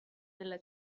della